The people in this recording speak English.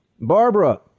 Barbara